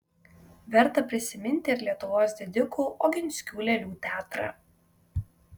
verta prisiminti ir lietuvos didikų oginskių lėlių teatrą